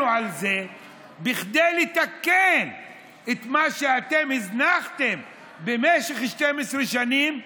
לזה בכדי לתקן את מה שאתם הזנחתם במשך 12 שנים,